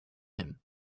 him